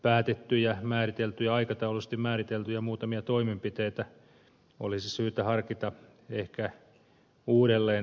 äiti tilanteessa jo päätettyjä aikataulullisesti määriteltyjä muutamia toimenpiteitä olisi syytä harkita ehkä uudelleen